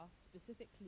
specifically